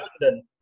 London